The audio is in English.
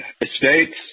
estates